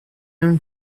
même